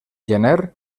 gener